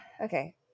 okay